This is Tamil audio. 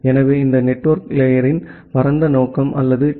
எனவே இந்த நெட்வொர்க் லேயரின் பரந்த நோக்கம் அல்லது டி